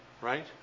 right